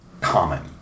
common